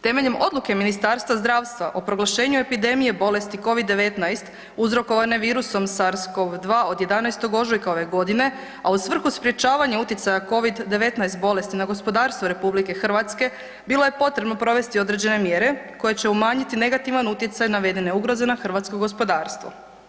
Temeljem Odluke Ministarstva zdravstva o proglašenju epidemije bolesti covid- 19 uzrokovane virusom SARS-CoV-2 od 11. ožujka ove godine a u svrhu sprječavanja utjecaja covid-19 bolesti na gospodarstvo RH bilo je potrebno provesti određene mjere koje će umanjiti negativan utjecaj navedene ugroze na hrvatsko gospodarstvo.